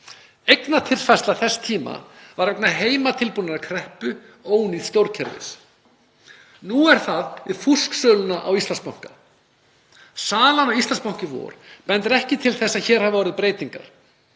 Eignatilfærsla þess tíma var vegna heimatilbúinnar kreppu ónýts stjórnkerfis. Nú er það vegna fúsksölunnar á Íslandsbanka. Salan á Íslandsbanka í vor bendir ekki til þess að orðið hafi breytingar.